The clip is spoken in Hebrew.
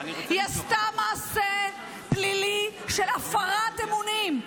היא עשתה מעשה פלילי של הפרת אמונים.